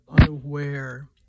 unaware